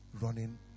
running